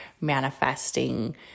manifesting